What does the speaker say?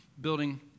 building